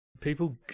people